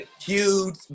huge